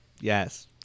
Yes